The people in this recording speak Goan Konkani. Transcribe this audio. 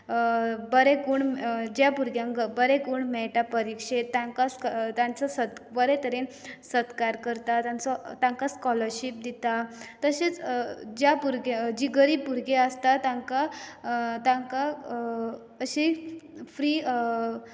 बरे गूण ज्या भुरग्यांक बरे गूण मेळटा परिक्षेक ताचो बरे तरेन सत्कार करतात तांचो तांकां स्कॉलरशीप दितात तशेंच ज्या भुरग्यांक जीं गरीब भुरगीं आसतात तांकां तांकां अशी फ्री